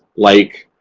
like